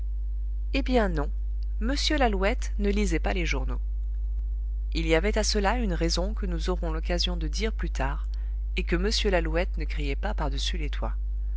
eh bien non m lalouette ne lisait pas les journaux il y avait à cela une raison que nous aurons l'occasion de dire plus tard et que m lalouette ne criait pas par-dessus les toits